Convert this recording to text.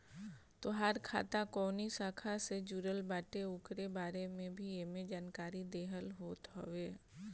तोहार खाता कवनी शाखा से जुड़ल बाटे उकरे बारे में भी एमे जानकारी देहल होत हवे